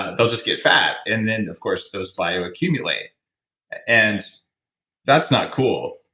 ah they'll just get fat. and then, of course, those bioaccumulate and that's not cool,